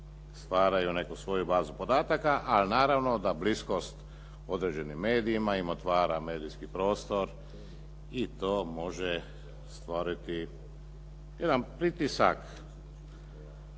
stvaraju neku svoju bazu podataka, a naravno da bliskost određenim medijima im otvara medijski prostor i to može stvoriti jedan pritisak